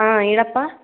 ಹಾಂ ಹೇಳಪ್ಪಾ